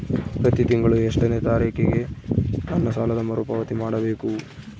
ಪ್ರತಿ ತಿಂಗಳು ಎಷ್ಟನೇ ತಾರೇಕಿಗೆ ನನ್ನ ಸಾಲದ ಮರುಪಾವತಿ ಮಾಡಬೇಕು?